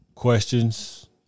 questions